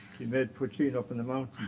he made poutine up in the mountains.